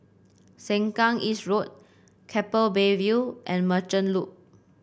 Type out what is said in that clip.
Sengkang East Road Keppel Bay View and Merchant Loop